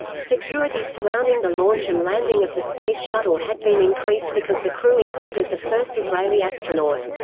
security surrounding the launch and landing of the space shuttle had been increased because the crew included the first israeli astronaut.